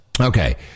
Okay